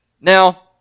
Now